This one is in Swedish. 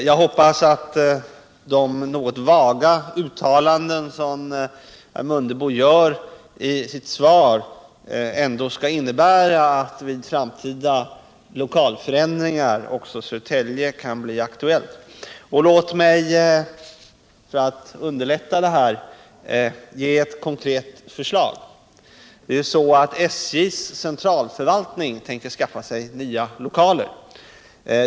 Jag hoppas emellertid att de något vaga uttalanden som herr Mundebo gör i sitt svar ändå skall innebära att vid framtida lokalförändringar också Södertälje kan bli aktuellt. Låt mig, för att underlätta detta, ge ett konkret förslag. 1 in in SJ:s centralförvaltning har tänkt skaffa sig nya lokaler.